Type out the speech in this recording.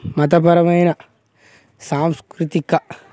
మతపరమైన సాంస్కృతిక